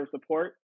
support